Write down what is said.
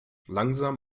langsam